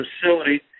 facility